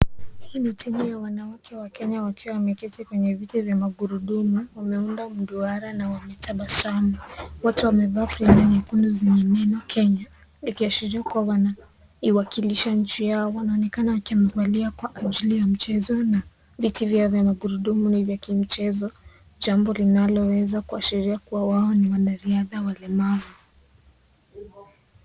Hii ni timu ya wanawake Wakenya wakiwa wameketi kwenye viti vya magurudumu; wameunda duara na wanatabasamu. Wote wamevaa fulana nyekundu zenye neno Kenya ikiashiria kuwa wanaiwakilisha nchi yao. Wanaonekana wakiandaliwa kwa ajili ya michezo na viti vyao vya magurudumu na vya kimichezo; jambo linaloweza kuashiria kuwa hawa ni wanariadha walemavu.